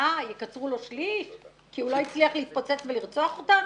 יקצרו לו שליש רק כי הוא לא הצליח להתפוצץ ולרצוח אותנו?